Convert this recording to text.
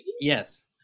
Yes